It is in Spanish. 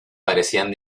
parecían